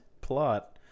plot